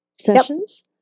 sessions